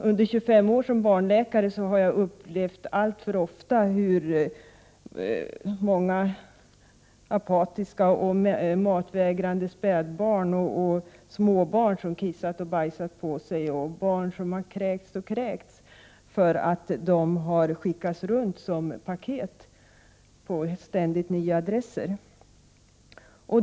Under 25 år som barnläkare har jag sett alltför många apatiska och matvägrande spädbarn, småbarn som kissat och bajsat på sig och barn som kräkts upprepade gånger för att de har skickats runt som paket på ständigt nya adresser.